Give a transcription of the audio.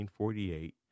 1948